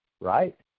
right